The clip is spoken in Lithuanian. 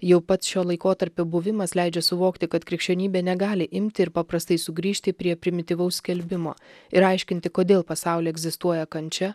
jau pats šio laikotarpio buvimas leidžia suvokti kad krikščionybė negali imti ir paprastai sugrįžti prie primityvaus skelbimo ir aiškinti kodėl pasauly egzistuoja kančia